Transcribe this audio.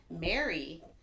Mary